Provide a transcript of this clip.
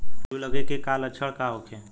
जूं लगे के का लक्षण का होखे?